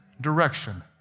direction